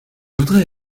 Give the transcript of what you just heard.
voudrais